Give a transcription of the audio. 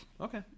okay